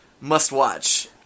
must-watch